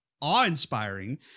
awe-inspiring